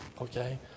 okay